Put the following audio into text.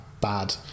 bad